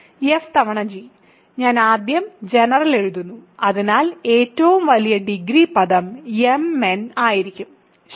f തവണ g ഞാൻ ആദ്യം ജനറൽ എഴുതുന്നു അതിനാൽ ഏറ്റവും വലിയ ഡിഗ്രി പദം mn ആയിരിക്കും ശരി